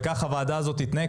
וכך הוועדה הזאת תתנהג.